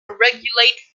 regulate